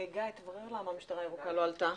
תבררו למה המשטרה הירוקה לא עלתה.